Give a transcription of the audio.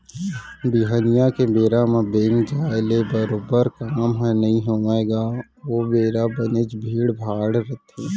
बिहनिया के बेरा म बेंक जाय ले बरोबर काम ह नइ होवय गा ओ बेरा बनेच भीड़ भाड़ रथे